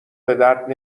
بدرد